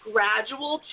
gradual